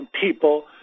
people